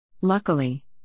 Luckily